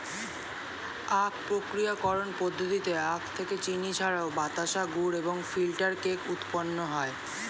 আখ প্রক্রিয়াকরণ পদ্ধতিতে আখ থেকে চিনি ছাড়াও বাতাসা, গুড় এবং ফিল্টার কেক উৎপন্ন হয়